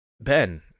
Ben